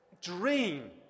dream